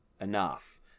enough